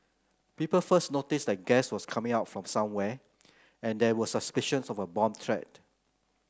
people first noticed that gas was coming out from somewhere and there were suspicions of a bomb threat